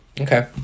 Okay